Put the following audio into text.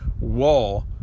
wall